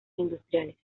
industriales